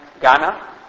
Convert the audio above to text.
Ghana